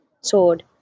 sword